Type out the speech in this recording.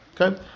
Okay